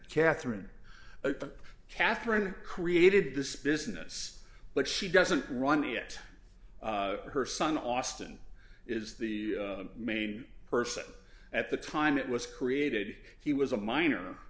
katherine a katherine created this business but she doesn't run it her son austin is the main person at the time it was created he was a minor